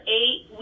eight